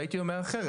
והייתי אומר אחרת,